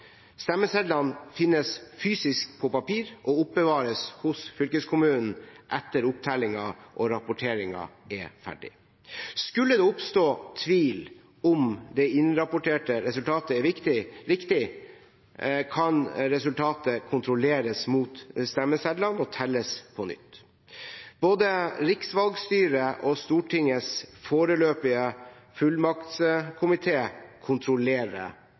Stemmesedlene finnes fysisk, på papir, og oppbevares hos fylkeskommunen etter at opptellingen og rapporteringen er ferdig. Skulle det oppstå tvil om det innrapporterte resultatet er riktig, kan resultatet kontrolleres mot stemmesedlene og telles på nytt. Både riksvalgstyret og Stortingets forberedende fullmaktskomité kontrollerer